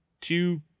two